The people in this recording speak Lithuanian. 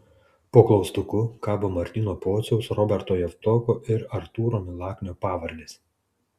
po klaustuku kabo martyno pociaus roberto javtoko ir artūro milaknio pavardės